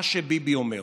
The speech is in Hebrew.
מה שביבי אומר?